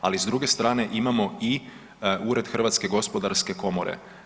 Ali s druge strane imamo i Ured Hrvatske gospodarske komore.